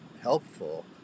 helpful